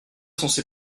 censé